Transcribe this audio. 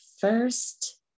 first